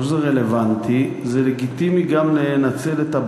אני חושב שזה רלוונטי.